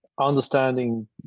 Understanding